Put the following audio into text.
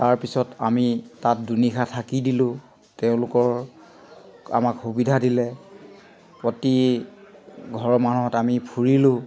তাৰপিছত আমি তাত দুনিশা থাকি দিলোঁ তেওঁলোকৰ আমাক সুবিধা দিলে প্ৰতি ঘৰ মানুহত আমি ফুৰিলোঁ